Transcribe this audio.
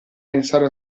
pensare